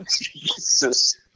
Jesus